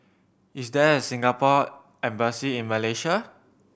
is there a Singapore Embassy in Malaysia